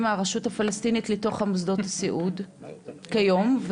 מהרשות הפלשתינית לתוך מוסדות הסיעוד כיום?